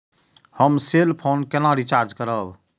हम cell phone केना recharge करब?